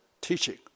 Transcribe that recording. teaching